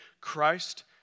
Christ